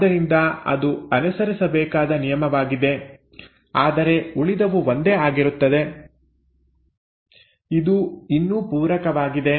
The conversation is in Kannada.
ಆದ್ದರಿಂದ ಇದು ಅನುಸರಿಸಬೇಕಾದ ನಿಯಮವಾಗಿದೆ ಆದರೆ ಉಳಿದವು ಒಂದೇ ಆಗಿರುತ್ತದೆ ಇದು ಇನ್ನೂ ಪೂರಕವಾಗಿದೆ